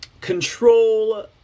control